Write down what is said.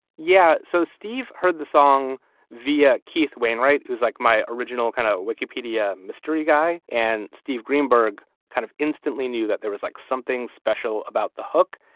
yeah. so steve heard the song via keith wainwright who's like my original kind of wikipedia mystery guy, and steve greenberg kind of instantly knew that there was like something special about the hook.